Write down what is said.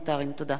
תודה רבה.